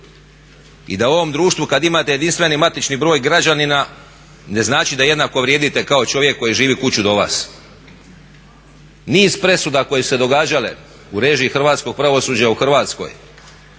i da u ovom društvu kad imate JMBG ne znači da jednako vrijedite kao čovjek koji živi kuću do vas. Niz presuda koje su se događale u režiji hrvatskog pravosuđa u Hrvatskoj